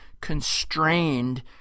constrained